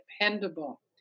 dependable